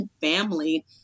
family